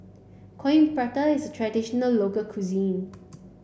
coin Prata is traditional local cuisine